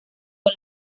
con